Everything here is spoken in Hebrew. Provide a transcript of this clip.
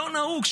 לא נהוג,